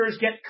get